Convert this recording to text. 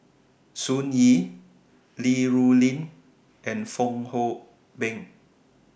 Sun Yee Li Rulin and Fong Hoe Beng